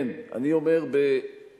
כן, אני אומר בגלוי: